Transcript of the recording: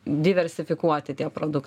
diversifikuoti tie produk